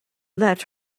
let